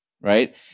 Right